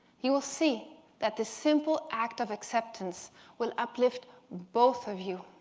you will see that the simple act of acceptance will uplift both of you.